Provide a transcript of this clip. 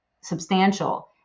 substantial